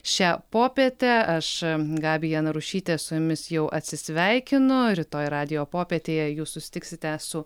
šią popietę aš gabija narušytė su jumis jau atsisveikinu rytoj radijo popietėje jūs susitiksite su